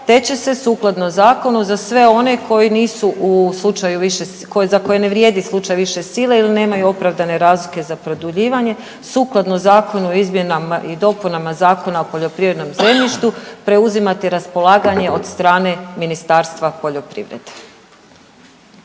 će se sukladno zakonu, za sve one koji nisu u slučaju, za koje ne vrijedi slučaj više sile ili nemaju opravdane razloge za produljivanje, sukladno Zakonu o izmjenama i dopunama Zakona o poljoprivrednom zemljištu preuzimati raspolaganje od strane Ministarstva poljoprivrede.